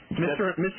Mr